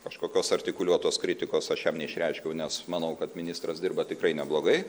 kažkokios artikuliuotos kritikos aš jam neišreiškiau nes manau kad ministras dirba tikrai neblogai